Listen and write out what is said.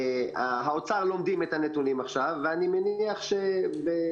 האוצר לומדים את הנתונים עכשיו ואני מניח שבימים